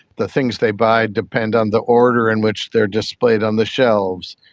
the things they buy depend on the order in which they are displayed on the shelves.